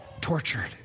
tortured